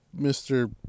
Mr